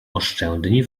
oszczędni